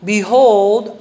Behold